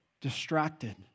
distracted